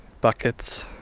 buckets